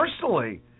personally